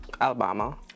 Alabama